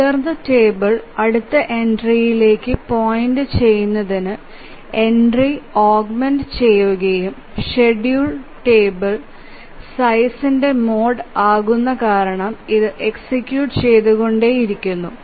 തുടർന്ന് ടേബിൾ അടുത്ത എൻട്രിയിലേക്ക് പോയിന്റുചെയ്യുന്നതിന് എൻട്രി ഓഗ്മെന്റ ചെയുകയും ഷെഡ്യൂൾ ടേബിൾ സൈസ്ഇന്ടെ മോഡ് ആകുന്നു കാരണം ഇത് എക്സിക്യൂട്ട് ചെയ്തുകൊണ്ടേ ഇരിക്കുന്നു